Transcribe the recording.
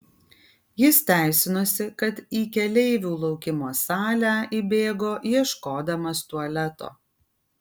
jis teisinosi kad į keleivių laukimo salę įbėgo ieškodamas tualeto